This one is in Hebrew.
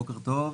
בוקר טוב,